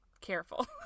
careful